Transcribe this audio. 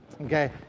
Okay